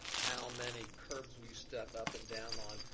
how many curbs will you step up and down on,